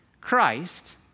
Christ